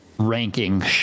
ranking